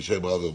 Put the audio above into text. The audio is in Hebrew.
אבישי ברוורמן,